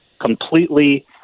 completely